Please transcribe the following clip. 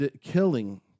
killing